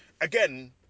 again